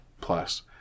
plus